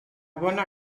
bona